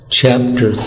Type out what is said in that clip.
chapter